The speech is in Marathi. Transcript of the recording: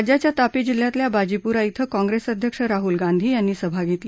राज्याच्या तापी जिल्ह्यातल्या बाजीपुरा इथं कॉंप्रेस अध्यक्ष राहुल गांधी यांनी सभा घेतली